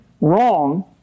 wrong